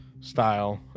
style